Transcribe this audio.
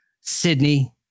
Sydney